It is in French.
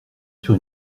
sur